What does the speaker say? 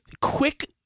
quick